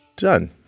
Done